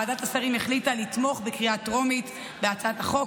ועדת השרים החליטה לתמוך בקריאה טרומית בהצעת החוק,